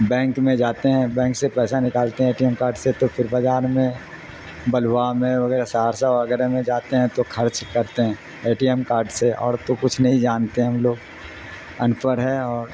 bank میں جاتے ہیں بینک سے پیسہ نکالتے ہیں اے ٹی ایم کارڈ سے تو پھر بازار میں بلوا میں وغیرہ سہرسہ وغیرہ میں جاتے ہیں تو خرچ کرتے ہیں اے ٹی ایم کارڈ سے اور تو کچھ نہیں جانتے ہم لوگ ان پڑھ ہے اور